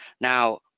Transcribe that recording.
Now